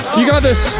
you got this.